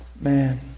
Man